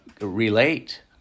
relate